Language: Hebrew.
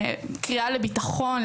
קריאה לבטחון,